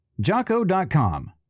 jocko.com